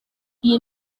iyi